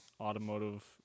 automotive